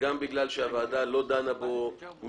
וגם בגלל שהוועדה לא דנה מפברואר